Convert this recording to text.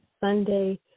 Sunday